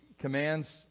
commands